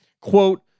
quote